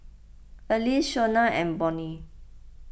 Alease Shonna and Bonny